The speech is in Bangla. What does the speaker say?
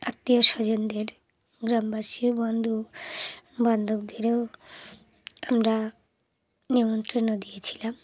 আত্মীয় স্বজনদের গ্রামবাসী বন্ধু বান্ধবদেরও আমরা নিমন্ত্রণও দিয়েছিলাম